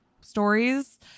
stories